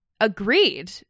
agreed